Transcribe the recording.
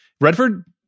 Redford